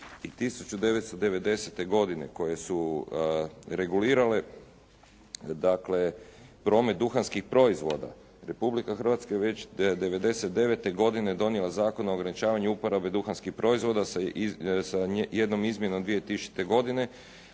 1990. godine koje su regulirale dakle promet duhanskih proizvoda, Republika Hrvatska je već 99. godine donijela Zakona o ograničavanju uporabe duhanskih proizvoda sa jednom izmjenom 2000. godine,